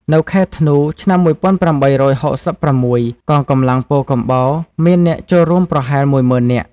នៅខែធ្នូ ឆ្នាំ ១៨៦៦ កងកម្លាំងពោធិកំបោរមានអ្នកចូលរួមប្រហែលមួយម៉ឺននាក់។